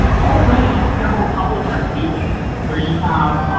already several publishers do this where you have,